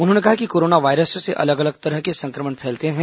उन्होंने कहा कि कोरोना वायरस से अलग अलग तरह के संक्रमण फैलते हैं